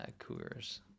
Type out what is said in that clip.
coors